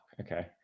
okay